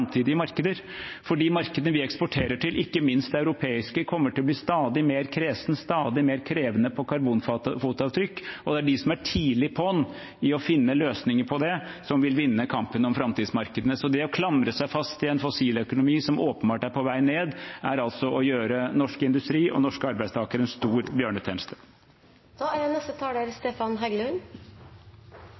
europeiske, kommer til å bli stadig mer kresne, stadig mer krevende med tanke på karbonfotavtrykk, og det er de som er tidlig på når det gjelder å finne løsninger på det, som vil vinne kampen om framtidsmarkedene. Det å klamre seg fast i en fossiløkonomi som åpenbart er på vei ned, er å gjøre norsk industri og norske arbeidstakere en stor bjørnetjeneste. Det kan nok hende at det er